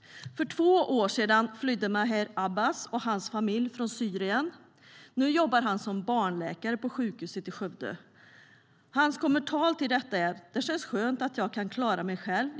Hans kommentar till detta är: Det känns skönt att jag kan klara mig själv.